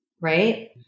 right